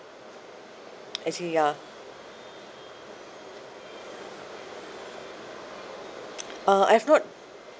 actually ya uh I've not